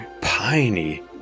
Piney